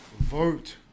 vote